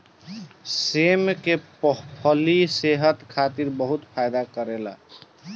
सेम के फली सेहत खातिर बहुते फायदा करेला